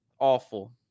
Awful